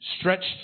stretched